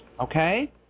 Okay